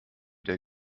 der